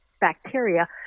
bacteria